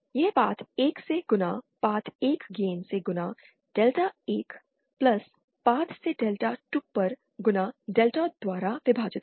यह पाथ 1 से गुणा पाथ 1 गेन से गुणा डेल्टा 1 पाथ से डेल्टा 2 पर गुणा डेल्टा द्वारा विभाजित है